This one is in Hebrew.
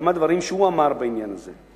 כמה דברים שהוא אמר בעניין הזה.